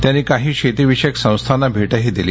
त्यांनी काही शेती विषयक संस्थाना भेटही दिली